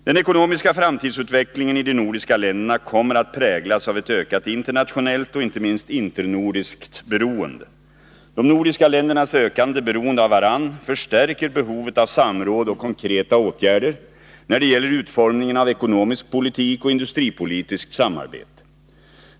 Den ekonomiska framtidsutvecklingen i de nordiska länderna kommer att präglas av ett ökat internationellt och inte minst internordiskt beroende. De nordiska ländernas ökande beroende av varandra förstärker behovet av samråd och konkreta åtgärder när det gäller utformningen av ekonomisk politik och industripolitiskt samarbete.